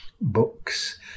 books